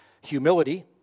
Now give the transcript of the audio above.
humility